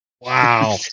Wow